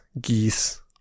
geese